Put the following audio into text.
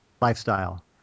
lifestyle